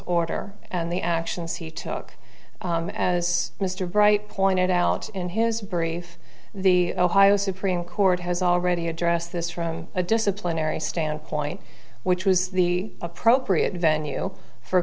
order and the actions he took as mr bright pointed out in his brief the ohio supreme court has already addressed this from a disciplinary standpoint which was the appropriate venue for